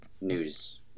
news